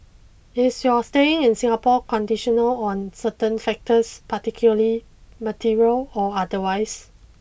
is your staying in Singapore conditional on certain factors particularly material or otherwise